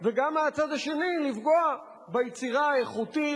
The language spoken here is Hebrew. ומהצד השני לפגוע ביצירה האיכותית,